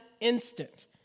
instant